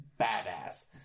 badass